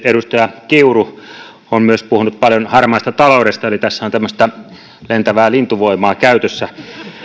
edustaja kiuru on myös puhunut paljon harmaasta taloudesta eli tässä on tämmöistä lentävää lintuvoimaa käytössä